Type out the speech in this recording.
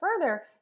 further